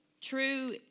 true